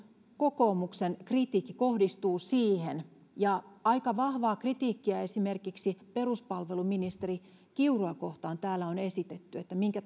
kokoomuksen kritiikki kohdistuu siihen ja aika vahvaa kritiikkiä esimerkiksi peruspalveluministeri kiurua kohtaan täällä on esitetty että minkä